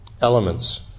elements